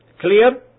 Clear